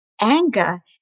anger